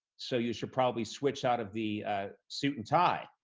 so you should probably switch out of the ah suit and tie.